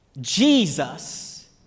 Jesus